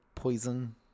Poison